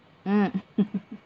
mm